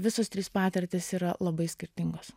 visos trys patirtys yra labai skirtingos